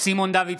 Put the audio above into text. סימון דוידסון,